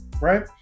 Right